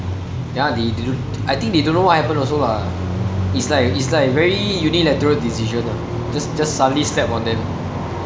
ya they do~ I think they don't know what happened also lah it's like it's like very really unilateral decision ah just suddenly slap on them